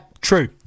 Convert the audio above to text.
True